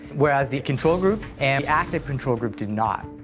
whereas the control group and active control group did not.